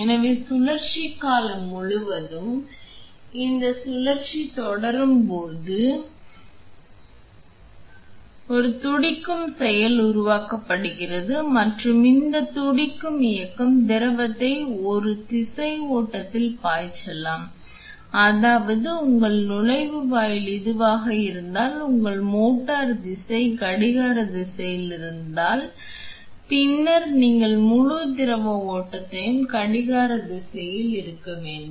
எனவே சுழற்சி காலம் முழுவதும் இந்த சுழற்சி தொடரும் போது ஒரு துடிக்கும் செயல் உருவாக்கப்படுகிறது மற்றும் இந்த துடிக்கும் இயக்கம் திரவத்தை ஒரு திசை ஓட்டத்தில் பாய்ச்சலாம் அதாவது உங்கள் நுழைவாயில் இதுவாக இருந்தால் உங்கள் மோட்டார் திசை கடிகார திசையில் இருந்தால் பின்னர் நீங்கள் முழு திரவ ஓட்டமும் கடிகார திசையில் இருக்க வேண்டும்